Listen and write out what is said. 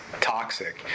toxic